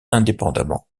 indépendamment